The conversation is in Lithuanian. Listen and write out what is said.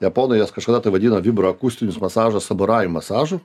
japonai jas kažkada tai vadino vibroakustinis masažas samurajų masažu